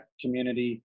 community